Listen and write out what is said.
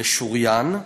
משוריין,